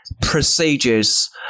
procedures